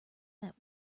that